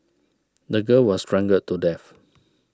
the girl was strangled to death